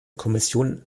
kommission